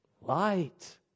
light